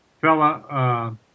Fella